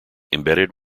embedded